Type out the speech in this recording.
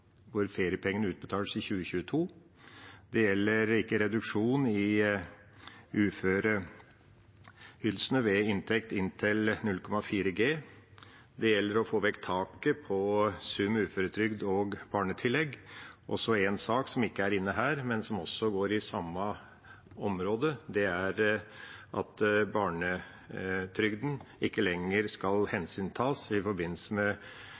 uføreytelsene ved inntekt inntil 0,4G, og det gjelder å få vekk taket på summen av uføretrygd og barnetillegg. Så er det en sak som ikke er inne her, men som også gjelder det samme området, og det er at barnetrygden ikke lenger skal hensyntas i forbindelse med